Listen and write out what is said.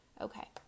Okay